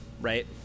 right